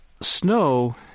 snow